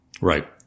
Right